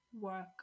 work